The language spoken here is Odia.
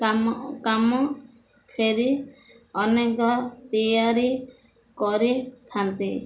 କାମ କାମ ଫେରି ଅନେକ ତିଆରି କରିଥାନ୍ତି